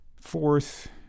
Fourth